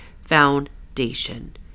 foundation